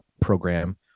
program